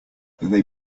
they